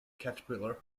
caterpillar